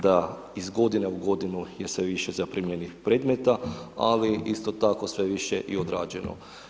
Da iz godine u godinu je sve više zaprimljenih predmeta, ali isto tako sve više i odrađeno.